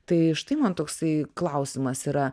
tai štai man toksai klausimas yra